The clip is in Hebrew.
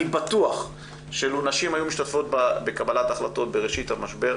אני בטוח שלו נשים היו משתתפות בקבלת ההחלטות בראשית המשבר,